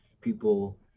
people